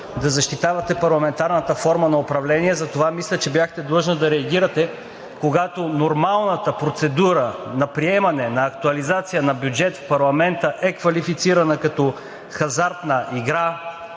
да защитавате парламентарната форма на управление. Затова мисля, че бяхте длъжна да реагирате, когато нормалната процедура на приемане на актуализация на бюджет в парламента е квалифицирана като хазартна игра,